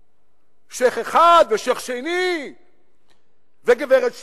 שיח' אחד ושיח' שני וגברת שלישית.